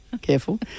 Careful